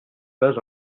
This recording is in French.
bases